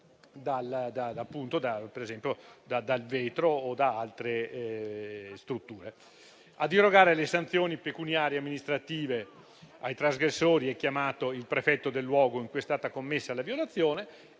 da un vetro o da altre strutture. Ad irrogare le sanzioni pecuniarie e amministrative ai trasgressori è chiamato il prefetto del luogo in cui è stata commessa la violazione